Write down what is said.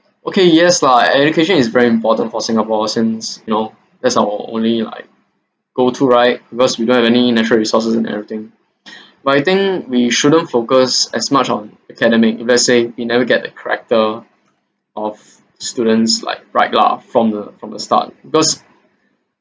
okay yes lah education is very important for singapore since you know that's our only like go to right because we don't have any natural resources and everything but I think we shouldn't focus as much on academic if let's say we never get the character of students like right lah from the from the start because